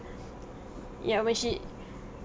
ya when she